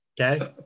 okay